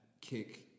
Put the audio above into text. kick